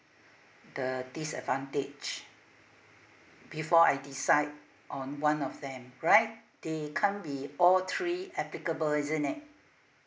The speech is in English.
the disadvantage before I decide on one of them right they can't be all three applicable isn't it